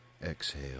Exhale